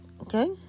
okay